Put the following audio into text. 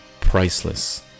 priceless